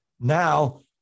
Now